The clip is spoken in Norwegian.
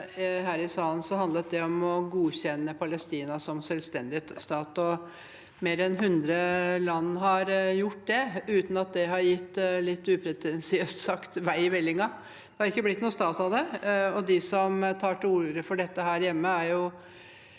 her i salen, handlet det om å godkjenne Palestina som selvstendig stat. Mer enn 100 land har gjort det, uten at det har gjort, litt upretensiøst sagt, vei i vellinga. Det har ikke blitt noen stat av det, og når det gjelder de som tar til orde for dette her hjemme, er det